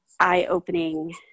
eye-opening